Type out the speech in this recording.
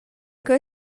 quei